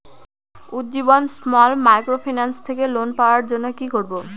Ujjivan small microfinance থেকে loan পাওয়ার জন্য কি করব?